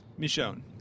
Michonne